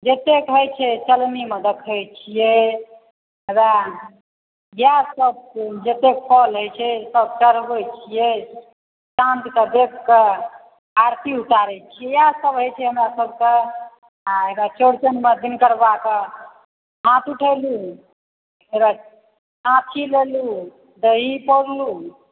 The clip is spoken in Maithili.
जतेक होइत छै चलनीमे देखैत छियै इएहसभ जतेक फल होइत छै सभ चढ़बैत छियै चाँदके देखि कऽ आरती उतारैत छियै इएहसभ होइत छै हमरासभकेँ आर चौरचनमे दिनकर बाबाके हाथ उठेलहुँ ओहिकेबाद छाँछी लेलहुँ दही पौरलहुँ